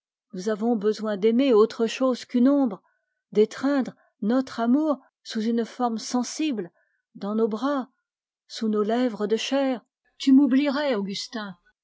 nous avons besoin d'aimer autre chose qu'une ombre d'étreindre notre amour sous une forme sensible dans nos bras sous nos lèvres de chair tu m'oublierais augustin